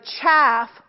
chaff